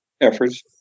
efforts